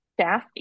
staff